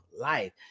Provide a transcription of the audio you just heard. life